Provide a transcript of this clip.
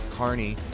Carney